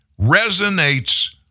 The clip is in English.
resonates